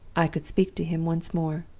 i could speak to him once more.